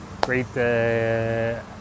great